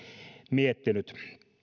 miettinyt